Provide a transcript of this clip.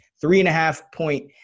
three-and-a-half-point